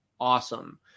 awesome